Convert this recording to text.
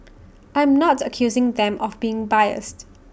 I'm not accusing them of being biased